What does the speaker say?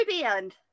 band